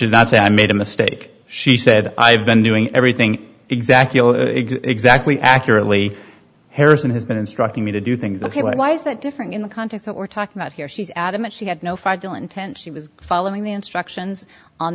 not say i made a mistake she said i've been doing everything exactly exactly accurately harrison has been instructing me to do things like why is that different in the context that we're talking about here she's adamant she had no fragile intent she was following the instructions on